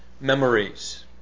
memories